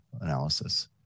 analysis